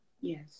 yes